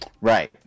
Right